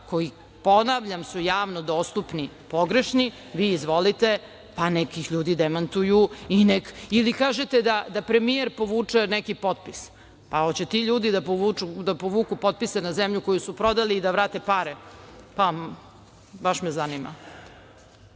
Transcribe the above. koji, ponavljam, su javno dostupni, pogrešni, vi izvolite pa neka ih ljudi demantuju i nek ili kažete da premijer povuče neki potpis, pa hoće li ti ljudi da povuku potpise na zemlju koju su prodali i da vrate pare? Pa, baš me zanima. Kako